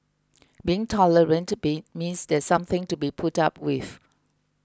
being tolerant be means there's something to be put up with